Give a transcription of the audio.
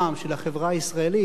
של החברה הישראלית,